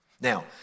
now